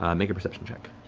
um make a perception check.